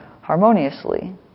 harmoniously